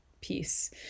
piece